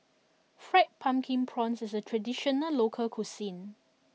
Fried Pumpkin Prawns is a traditional local cuisine